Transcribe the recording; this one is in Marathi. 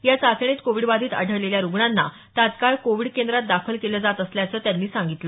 या चाचणीत कोविड बाधित आढळलेल्या रुग्णांना तत्काळ कोविड केंद्रात दाखल केलं जात असल्याचं त्यांनी सांगितलं